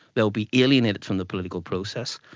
they will be alienated from the political process.